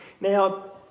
Now